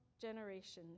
generations